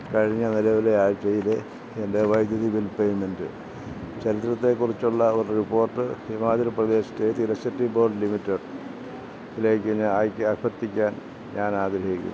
കഴിഞ്ഞ നിലവിലെ ആഴ്ചയിലെ എൻ്റെ വൈദ്യുതി ബിൽ പേയ്മെൻ്റ് ചരിത്രത്തെക്കുറിച്ചുള്ള ഒരു report Himachal Pradesh state electricity board ലിമിറ്റഡിലേക്ക് നെ അയക്കാൻ അഭ്യർത്ഥിക്കാൻ ഞാനാഗ്രഹിക്കുന്നു